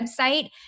website